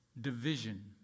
division